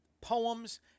poems